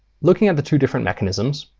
looking at the two different mechanisms,